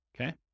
okay